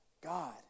God